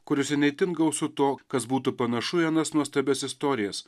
kuriose ne itin gausu to kas būtų panašu į anas nuostabias istorijas